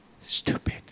Stupid